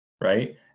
Right